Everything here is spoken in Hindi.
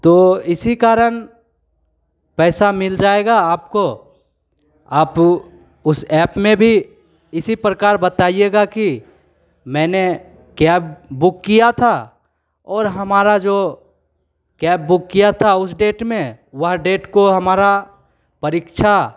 तो इसी कारण पैसा मिल जाएगा आपको आप उस एप में भी इसी प्रकार बताईएगा कि मैंने कैब बुक किया था और हमारा जो कैब बुक किया था उस डेट में वह डेट को हमारा परीक्षा